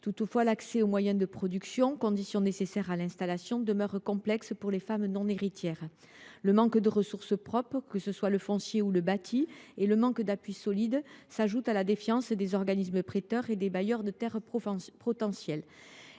Toutefois, l’accès aux moyens de production, condition nécessaire à l’installation, demeure complexe pour les femmes non héritières. Le manque de ressources propres, que ce soit en foncier ou en bâti, ou d’appui solide s’ajoute à la défiance des organismes prêteurs et des bailleurs potentiels.